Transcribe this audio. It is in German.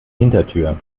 hintertür